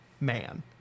man